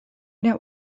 der